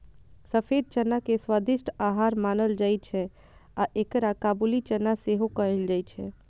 सफेद चना के स्वादिष्ट आहार मानल जाइ छै आ एकरा काबुली चना सेहो कहल जाइ छै